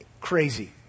crazy